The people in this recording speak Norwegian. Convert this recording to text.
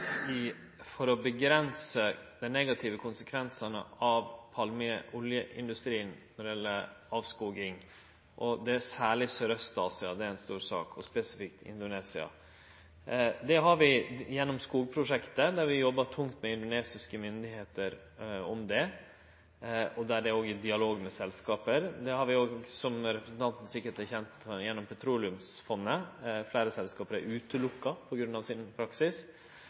for å avgrense dei negative konsekvensane av palmeoljeindustrien når det gjeld avskoging. Det er særleg i Sørøst-Asia det er ei stor sak – og spesifikt i Indonesia. Gjennom skogprosjektet jobbar vi tungt med indonesiske myndigheiter om dette, og vi er òg i dialog med selskap. Som representanten sikkert er kjent med, er fleire selskap utelatne gjennom Petroleumsfondet på grunn av sin praksis.